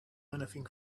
anything